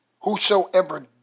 Whosoever